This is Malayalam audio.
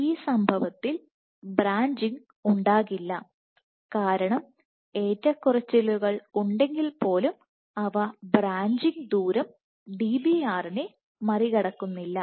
ഈ സംഭവത്തിൽ ബ്രാഞ്ചിംഗ് ഉണ്ടാകില്ല കാരണം ഏറ്റക്കുറച്ചിലുകൾ ഉണ്ടെങ്കിൽ പോലും അവ ബ്രാഞ്ചിംഗ് ദൂരം Dbr നെ മറികടക്കുന്നില്ല